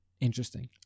interesting